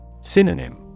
Synonym